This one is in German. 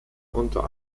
unter